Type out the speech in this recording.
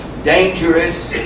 dangerous,